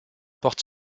porte